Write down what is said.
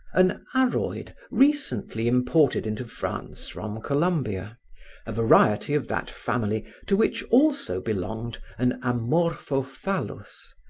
an aroid recently imported into france from columbia a variety of that family to which also belonged an amorphophallus,